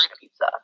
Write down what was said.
pizza